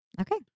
Okay